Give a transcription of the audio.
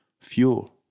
fuel